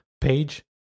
page